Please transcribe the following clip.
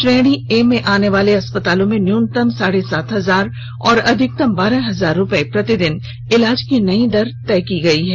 श्रेणी ए में आनेवाले अस्पतालों में न्यूनतम साढ़े सात हजार और अधिकतम बारह हजार रूपये प्रतिदिन इलाज की नई दर तय की गई है